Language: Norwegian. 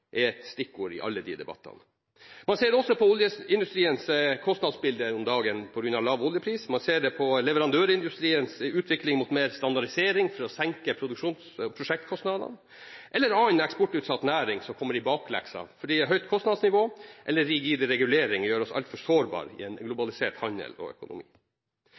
er et stikkord i alle disse debattene. Man ser det også på oljeindustriens kostnadsbilde om dagen på grunn av lav oljepris, man ser det på leverandørindustriens utvikling mot mer standardisering for å senke prosjektkostnadene, eller på annen eksportutsatt næring som kommer i bakleksa fordi et høyt kostnadsnivå eller rigide reguleringer gjør oss altfor sårbare i en globalisert handel og økonomi.